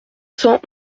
cent